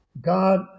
God